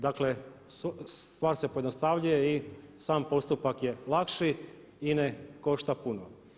Dakle stvar se pojednostavljuje i sam postupak je lakši i ne košta puno.